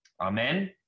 amen